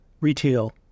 retail